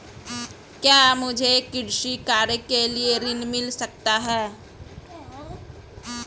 क्या मुझे कृषि कार्य के लिए ऋण मिल सकता है?